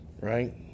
Right